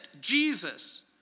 Jesus